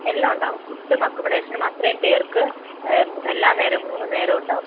എല്ലാം ഉണ്ടാവും ഫുഡ്ഡും അക്കോമഡേഷനും അത്രയും പേർക്ക് എല്ലാ നേരവും മൂന്ന് നേരവും ഉണ്ടാവും